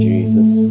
Jesus